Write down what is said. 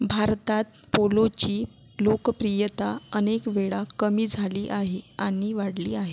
भारतात पोलोची लोकप्रियता अनेक वेळा कमी झाली आहे आणि वाढली आहे